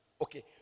Okay